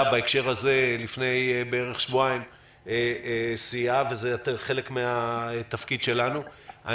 בהקשר הזה לפני שבועיים סייעה וזה חלק מהתפקיד שלנו.